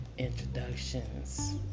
introductions